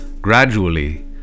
Gradually